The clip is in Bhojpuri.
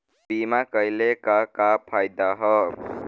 बीमा कइले का का फायदा ह?